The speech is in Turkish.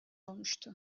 olmuştu